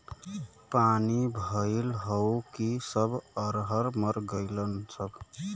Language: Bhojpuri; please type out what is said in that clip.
पानी भईल हउव कि सब अरहर मर गईलन सब